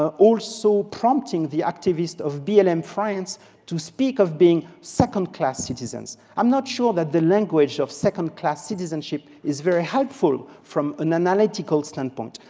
ah also prompting the activists of blm um france to speak of being second class citizens. i'm not sure that the language of second class citizenship is very helpful from an analytical standpoint.